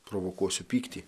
provokuosiu pyktį